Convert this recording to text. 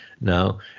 Now